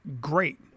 great